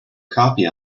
copy